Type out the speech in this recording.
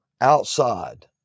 outside